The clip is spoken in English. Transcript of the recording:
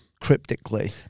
cryptically